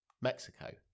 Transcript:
Mexico